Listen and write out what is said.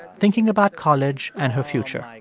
thinking about college and her future.